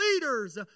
leaders